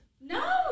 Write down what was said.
No